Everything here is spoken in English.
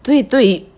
对对